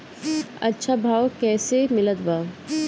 अच्छा भाव कैसे मिलत बा?